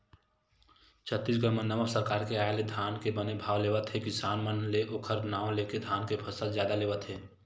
छत्तीसगढ़ म नवा सरकार के आय ले धान के बने भाव लेवत हे किसान मन ले ओखर नांव लेके धान के फसल जादा लेवत हे